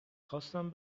خواستم